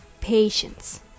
patience